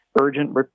urgent